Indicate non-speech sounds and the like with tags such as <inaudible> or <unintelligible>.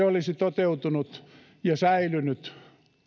<unintelligible> olisi toteutunut ja säilynyt